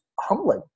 humbling